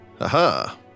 Aha